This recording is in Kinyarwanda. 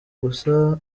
gusa